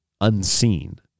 unseen